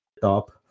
top